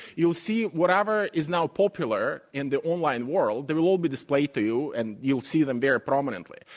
you will see whatever is now popular in the online world. they will all be displayed to you, and you will see them there prominently.